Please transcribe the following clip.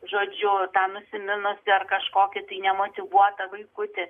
žodžiu tą nusiminusį ar kažkokį tai nemotyvuotą vaikutį